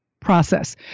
process